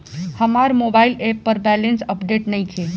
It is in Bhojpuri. हमार मोबाइल ऐप पर बैलेंस अपडेट नइखे